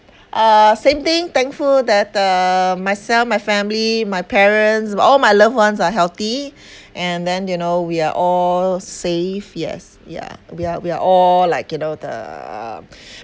uh same thing thankful that uh myself my family my parents all my loved ones are healthy and then you know we are all safe yes yeah we are we are all like you know the